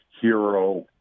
hero